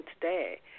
today